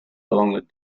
along